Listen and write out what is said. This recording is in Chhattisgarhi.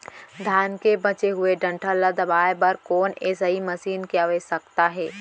धान के बचे हुए डंठल ल दबाये बर कोन एसई मशीन के आवश्यकता हे?